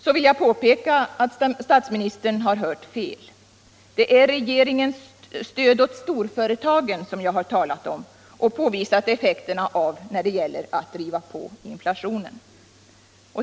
Så vill jag påpeka att statsministern har hört fel. Det är regeringens stöd åt storföretagen som jag har talat om och påvisat effekterna av när det gäller att driva på inflationen.